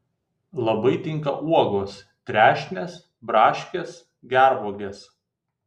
labai tinka uogos trešnės braškės gervuogės